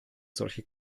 solche